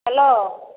hello